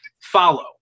follow